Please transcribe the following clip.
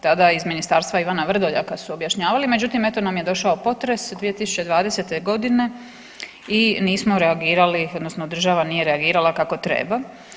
Tada je iz ministarstva Ivana Vrdoljaka su objašnjavali, međutim eto nam je došao potres 2020.g. i nismo reagirali odnosno država nije reagirala kako treba.